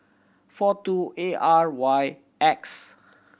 four two A R Y X